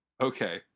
Okay